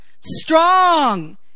Strong